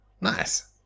Nice